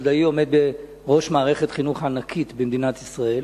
וחולדאי עומד בראש מערכת חינוך ענקית במדינת ישראל,